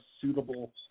suitable